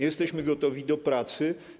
Jesteśmy gotowi do pracy.